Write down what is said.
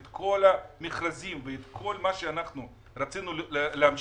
את כל המכרזים ואת כל מה שרצינו להמשיך